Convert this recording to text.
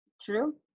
True